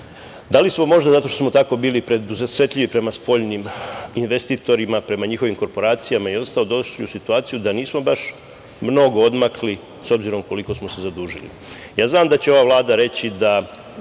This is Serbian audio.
da li smo možda zato što smo tako bili preosetljivi prema spoljnim investitorima, prema njihovim korporacijama i ostalo, došli u situaciju da nismo baš mnogo odmakli, s obzirom koliko smo se zadužili? Ja znam da će ova Vlada reći da